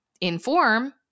inform